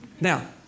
Now